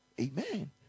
amen